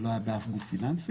זה לא היה באף גוף פיננסי,